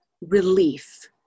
relief